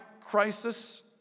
crisis